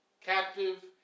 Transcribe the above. captive